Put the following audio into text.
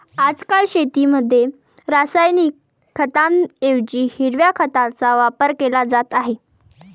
आजकाल शेतीमध्ये रासायनिक खतांऐवजी हिरव्या खताचा वापर केला जात आहे